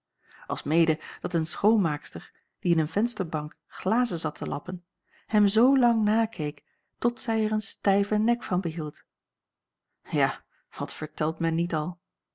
alsmede dat een schoonmaakster die in een vensterbank glazen zat te lappen hem zoo lang nakeek tot zij er een stijven nek van behield ja wat vertelt men niet al